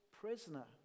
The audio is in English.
prisoner